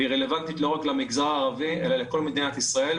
והיא רלוונטית לא רק למגזר הערבי אלא לכל מדינת ישראל,